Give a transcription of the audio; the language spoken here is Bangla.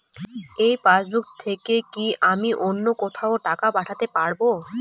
এই পাসবুক থেকে কি আমি অন্য কোথাও টাকা পাঠাতে পারব?